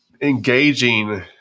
engaging